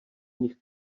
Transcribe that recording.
nich